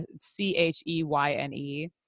C-H-E-Y-N-E